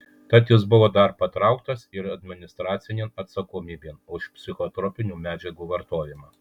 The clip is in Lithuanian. tad jis buvo dar patrauktas ir administracinėn atsakomybėn už psichotropinių medžiagų vartojimą